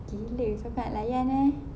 gila siapa nak layan eh